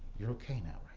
you're okay now,